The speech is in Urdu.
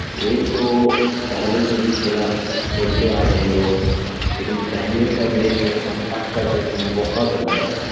گیم تو پہلے سے ہی کھیلا کھیلتے آ رہے ہیں لوگ لیکن پہلے کا گیم میں اور اب کا گیم میں بہت انتر ہے